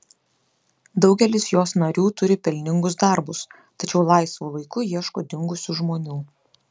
daugelis jos narių turi pelningus darbus tačiau laisvu laiku ieško dingusių žmonių